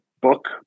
book